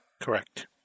Correct